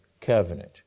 covenant